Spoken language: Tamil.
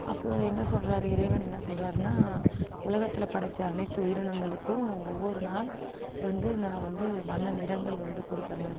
அப்போ என்ன சொல்கிறாரு இறைவன் என்ன சொல்கிறாருனா உலகத்தில் படைச்ச அனைத்து உயிரினங்களுக்கும் ஒவ்வொரு நாள் வந்து நான் வந்து வண்ண நிறங்கள் வந்து கொடுக்குறேன்